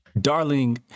Darling